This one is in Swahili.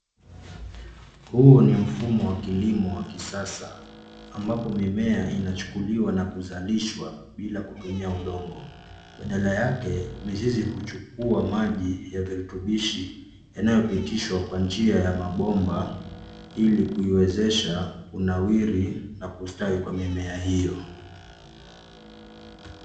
Huu ni mfumo wa kilimo wa kisasa, ambapo mimea inachukuliwa na kuzalishwa bila kutumia udongo, badala yake mizizi huchukua maji ya virutubishi yanayopitishwa kwa njia ya mabomba ili kuiwezesha kunawiri na kustawi kwa mimea hiyo.